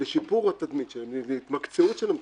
לשיפור התדמית והתמקצעות של המתווכים.